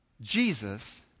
Jesus